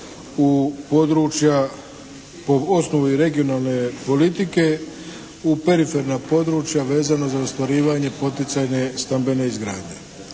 u područja po osnovu i regionalne politike u periferna područja vezano za ostvarivanje poticajne stambene izgradnje.